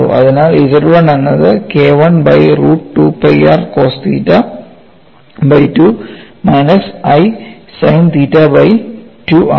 അതിനാൽ Z1 എന്നത് KI by root 2 p r cos theta by 2 minus i sine theta by 2 ആണ്